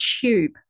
tube